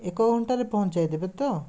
ଏକ ଘଣ୍ଟାରେ ପହଞ୍ଚାଇ ଦେବେ ତ